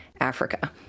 Africa